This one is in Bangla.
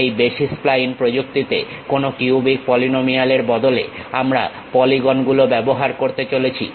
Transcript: এই বেসিস স্প্লাইন প্রযুক্তিতে কোনো কিউবেক পলিনোমিয়াল এর বদলে আমরা পলিগন গুলো ব্যবহার করতে চলেছি